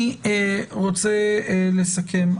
אני רוצה לסכם.